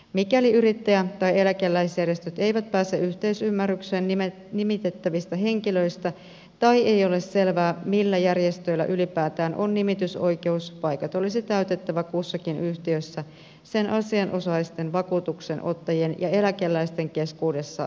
mikäli yrittäjä tai eläkeläisjärjestöt eivät pääse yhteisymmärrykseen nimitettävistä henkilöistä tai ei ole selvää millä järjestöillä ylipäätään on nimitysoikeus paikat olisi täytettävä kussakin yhtiössä sen asianosaisten vakuutuksenottajien ja eläkeläisten keskuudessa suoritettavalla vaalilla